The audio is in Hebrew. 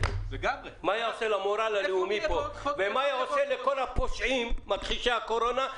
מה היה עושה למורל הלאומי ומה היה עושה לכל הפושעים מכחישי הקורונה,